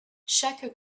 chaque